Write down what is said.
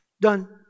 done